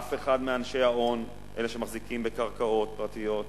אף אחד מאנשי ההון, אלה שמחזיקים בקרקעות פרטיות,